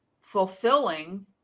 fulfilling